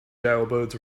jailbirds